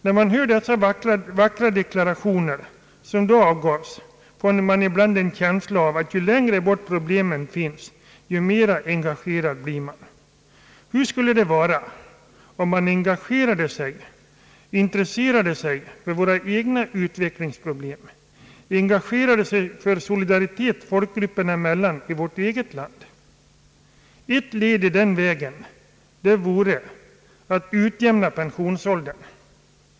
När jag hör dessa vackra deklarationer får jag ibland en känsla av att ju längre bort problemen finns, desto mera engagerad blir man. Hur skulle det vara om man engage rade sig och intresserade sig för våra egna utvecklingsproblem — engagerade sig för solidaritet folkgrupperna emellan i vårt eget land? Ett led i den vägen vore att utjämna pensionsåldern.